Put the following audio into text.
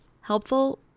helpful